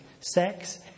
Sex